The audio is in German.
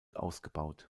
ausgebaut